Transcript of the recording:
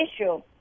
issue